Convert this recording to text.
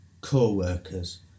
co-workers